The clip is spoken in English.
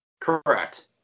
Correct